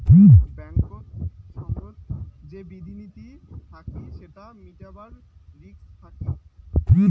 ব্যাঙ্কেত সঙ্গত যে বিধি নীতি থাকি সেটা মিটাবার রিস্ক থাকি